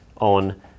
on